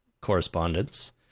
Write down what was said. correspondence